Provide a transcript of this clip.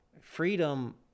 freedom